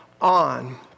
on